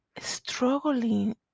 struggling